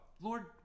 Lord